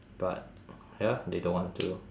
but ya they don't want to